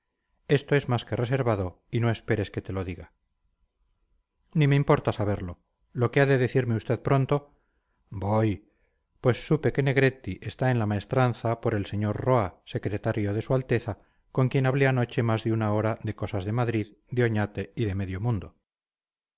esto es más que reservado y no esperes que te lo diga ni me importa saberlo lo que ha de decirme usted pronto voy pues supe que negretti está en la maestranza por el sr roa secretario de su alteza con quien hablé anoche más de una hora de cosas de madrid de oñate y de medio mundo